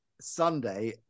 Sunday